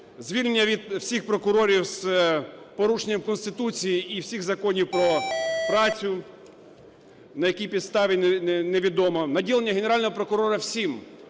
звільнення всіх прокурорів з порушенням Конституції і всіх законів про працю на якій підставі – не відомо. Наділення Генерального прокурора всім: